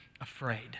afraid